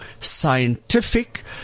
Scientific